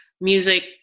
music